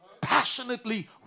Passionately